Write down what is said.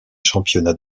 championnat